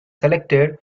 selected